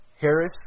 Harris